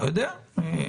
לא יודע.